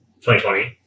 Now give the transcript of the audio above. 2020